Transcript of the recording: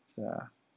ya